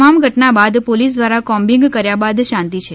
તમામ ઘટના બાદ પોલીસ દ્વારા જે કોમ્બીગ કર્યા બાદ શાંતિ છે